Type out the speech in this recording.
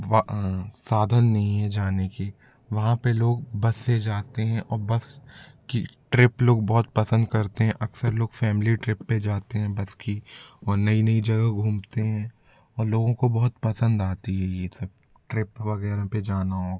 वो साधन नहीं है जाने के वहाँ पे लोग बस से जाते हैं आउ बस की ट्रिप लोग बहुत पसंद करते हैं अक्सर लोग फैमिली ट्रिप पे जाते हैं बस की आउ नई नई जगह घूमते हैं लोगों को बहुत पसंद आती है ये सब ट्रिप वगैरह पे जाना हो